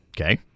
Okay